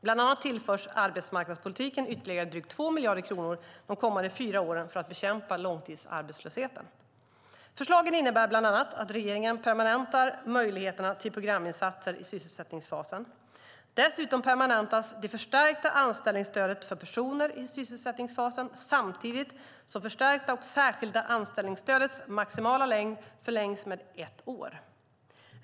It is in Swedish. Bland annat tillförs arbetsmarknadspolitiken ytterligare drygt 2 miljarder kronor de kommande fyra åren för att bekämpa långtidsarbetslösheten. Förslagen innebär bland annat att regeringen permanentar möjligheterna till programinsatser i sysselsättningsfasen. Dessutom permanentas det förstärkta anställningsstödet för personer i sysselsättningsfasen samtidigt som förstärkta och särskilda anställningsstödets maximala längd förlängs med ett år.